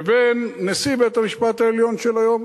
לבין נשיא בית-המשפט העליון של היום.